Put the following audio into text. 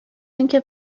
اینکه